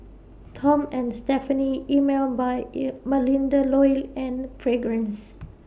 Tom and Stephanie Emel By E Melinda Looi and Fragrance